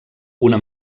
una